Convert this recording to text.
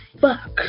fuck